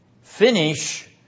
finish